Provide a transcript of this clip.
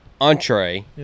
entree